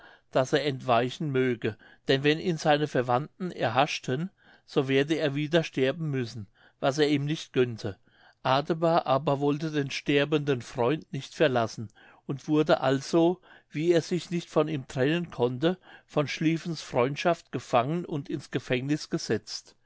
daß er entweichen möge denn wenn ihn seine verwandten erhaschten so werde er wieder sterben müssen was er ihm nicht gönnte adebar aber wollte den sterbenden freund nicht verlassen und wurde also wie er sich nicht von ihm trennen konnte von schlieffens freundschaft gefangen und ins gefängniß gesetzt